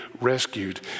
rescued